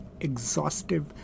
exhaustive